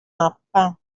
mappa